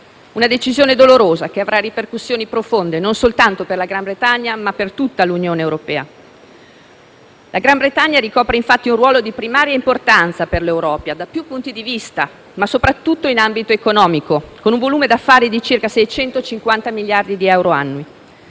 Una decisione dolorosa, che avrà ripercussioni profonde, non soltanto per il Regno Unito, ma per tutta l'Unione europea. Il Regno Unito ricopre, infatti, un ruolo di primaria importanza per l'Europa da più punti di vista, ma soprattutto in ambito economico, con un volume d'affari di circa 650 miliardi di euro annui.